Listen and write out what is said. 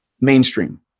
mainstream